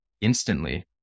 instantly